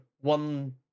one